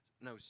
No